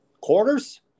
Quarters